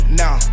now